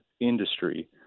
industry